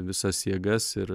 visas jėgas ir